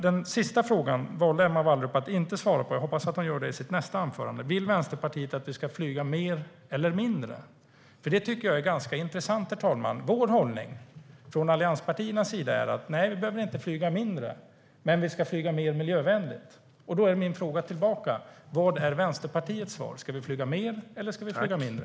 Den sista frågan valde Emma Wallrup att inte svara på. Jag hoppas att hon gör det i sitt nästa inlägg. Vill Vänsterpartiet att vi ska flyga mer eller mindre? Det tycker jag är ganska intressant, herr talman. Vår hållning, från allianspartiernas sida, är att vi inte behöver flyga mindre men att vi ska flyga mer miljövänligt. Vad är Vänsterpartiets svar? Ska vi flyga mer eller ska vi flyga mindre?